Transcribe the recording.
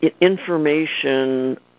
information